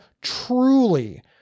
Truly